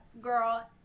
girl